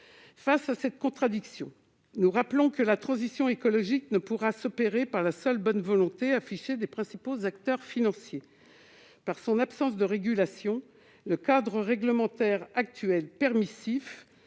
Face à cette contradiction, nous souhaitons rappeler que la transition écologique ne pourra s'opérer par la seule bonne volonté affichée des principaux acteurs financiers. Par sa permissivité, le cadre réglementaire actuel, qui